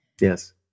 Yes